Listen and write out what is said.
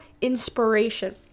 inspiration